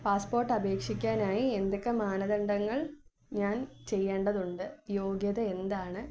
passport അപേക്ഷിക്കാനായി എന്തൊക്കെ മാനദണ്ഡങ്ങൾ ഞാൻ ചെയ്യേണ്ടതുണ്ട് യോഗ്യത എന്താണ്